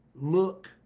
look